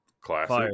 Classic